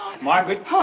Margaret